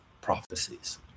prophecies